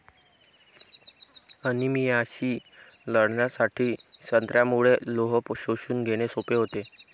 अनिमियाशी लढण्यासाठी संत्र्यामुळे लोह शोषून घेणे सोपे होते